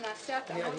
(היו"ר יצחק וקנין,